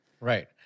Right